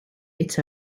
its